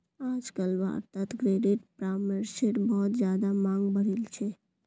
आजकल भारत्त क्रेडिट परामर्शेर बहुत ज्यादा मांग बढ़ील छे